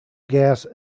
gas